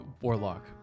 Warlock